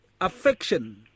affection